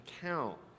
count